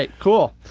like cool.